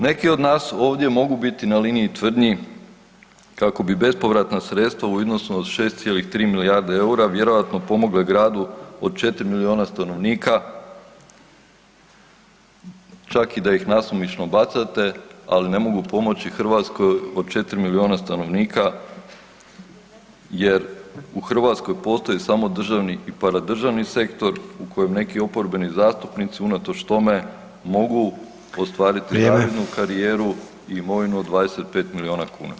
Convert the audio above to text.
Neki od nas ovdje mogu biti na liniji tvrdnji kako bi bespovratna sredstva u iznosu od 6,3 milijarde eura vjerojatno pomogle gradu od 4 milijuna stanovnika, čak i da ih nasumično bacate, ali ne mogu pomoći Hrvatskoj od 4 milijuna stanovnika jer u Hrvatskoj postoji samo državni i paradržavni sektor u kojem neki oporbeni zastupnici unatoč tome mogu ostvariti [[Upadica Sanader: Vrijeme.]] zavidnu karijeru i imovinu od 25 milijuna kuna.